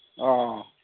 ꯑꯥ